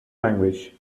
language